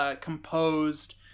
composed